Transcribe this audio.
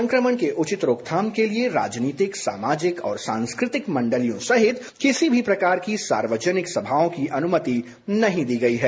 संक्रमण की उचित रोकथाम के लिए राजनीतिक सामाजिक और सांस्कृतिक मंडलियों सहित किसी भी प्रकार की सार्वजनिक समाओं की अनुमति नहीं दी गई है